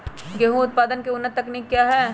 गेंहू उत्पादन की उन्नत तकनीक क्या है?